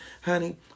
honey